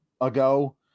ago